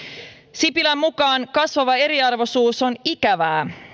sipilän mukaan kasvava eriarvoisuus on ikävää